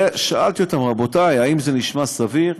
ושאלתי אותם: רבותי, האם זה נשמע סביר?